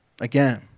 again